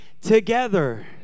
together